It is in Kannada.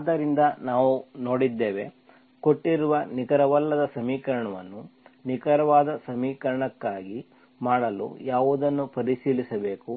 ಆದ್ದರಿಂದ ನಾವು ನೋಡಿದ್ದೇವೆ ಕೊಟ್ಟಿರುವ ನಿಖರವಲ್ಲದ ಸಮೀಕರಣವನ್ನು ನಿಖರವಾದ ಸಮೀಕರಣವನ್ನಾಗಿ ಮಾಡಲು ಯಾವುದನ್ನು ಪರಿಶೀಲಿಸಬೇಕು